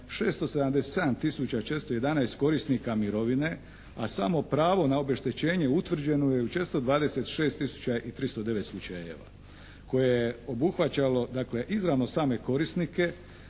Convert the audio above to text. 411 korisnika mirovine, a samo pravo na obeštećenje utvrđeno je u 426 tisuća i 309 slučajeva koje je obuhvaćalo dakle izravno same korisnike,